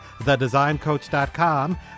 thedesigncoach.com